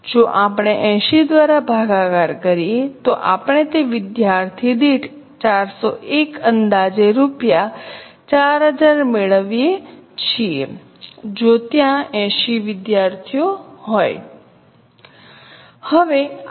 જો આપણે 80 દ્વારા ભાગાકાર કરીએ તો આપણે તે વિદ્યાર્થી દીઠ 401 અંદાજે રૂપિયા 400 જેટલા મેળવીએ છીએ જો ત્યાં 80 વિદ્યાર્થીઓ હોય